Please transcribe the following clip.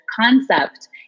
concept